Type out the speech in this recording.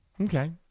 okay